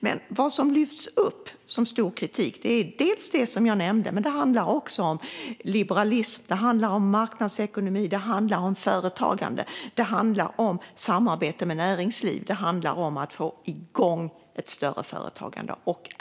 Det som jag nämnde lyfts fram som en stor kritik. Men det handlar också om liberalism, marknadsekonomi och företagande. Det handlar om samarbete med näringsliv och om att få igång ett större företagande.